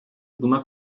buna